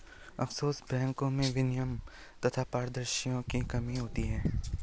offshore बैंको में विनियमन तथा पारदर्शिता की कमी होती है